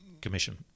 commission